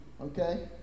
okay